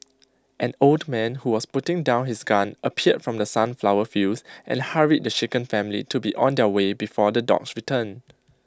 an old man who was putting down his gun appeared from the sunflower fields and hurried the shaken family to be on their way before the dogs return